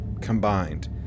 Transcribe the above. combined